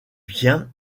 biens